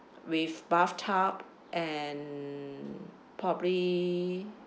with bathtub and probably